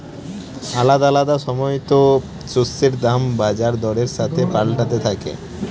আলাদা আলাদা সময়তো শস্যের দাম বাজার দরের সাথে পাল্টাতে থাকে